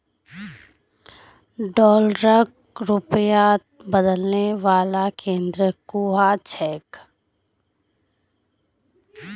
डॉलरक रुपयात बदलने वाला केंद्र कुहाँ छेक